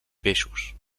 peixos